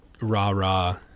rah-rah